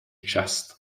chest